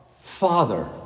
Father